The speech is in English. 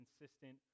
consistent